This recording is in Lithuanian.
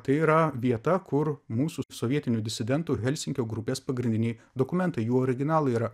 tai yra vieta kur mūsų sovietinių disidentų helsinkio grupės pagrindiniai dokumentai jų originalai yra